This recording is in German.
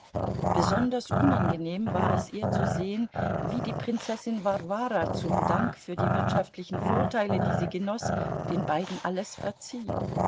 besonders unangenehm war es ihr zu sehen wie die prinzessin warwara zum dank für die wirtschaftlichen vorteile die sie genoß den beiden alles verzieh